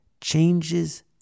changes